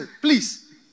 please